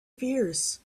fears